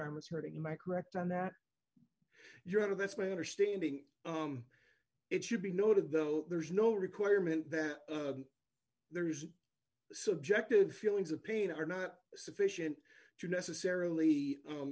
arm is hurting my correct on that you're out of that's my understanding it should be noted though there is no requirement that there is a subjective feelings of pain are not sufficient to necessarily